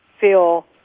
feel